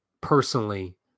personally